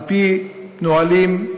על-פי נהלים,